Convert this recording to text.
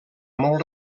molt